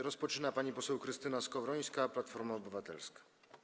Rozpoczyna pani poseł Krystyna Skowrońska, Platforma Obywatelska.